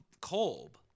Kolb